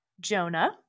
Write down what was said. Jonah